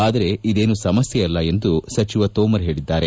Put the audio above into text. ಆದರೆ ಇದೇನೂ ಸಮಸ್ಕೆಯಲ್ಲ ಎಂದು ಸಚಿವ ತೋಮರ್ ಹೇಳಿದ್ಲಾರೆ